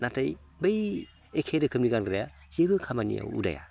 नाथाय बै एखे रोखोमनि गानग्राया जेबो खामानियाव उदाया